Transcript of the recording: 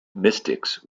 mystics